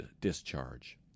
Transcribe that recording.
discharge